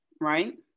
right